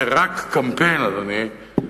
זה רק קמפיין, אדוני,